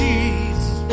Jesus